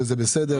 וזה בסדר.